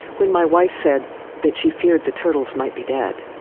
when my wife said that she feared the turtles might be dead,